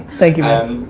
thank you, man.